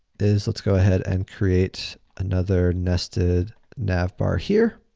is let's go ahead and create another nested nav bar here.